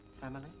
Family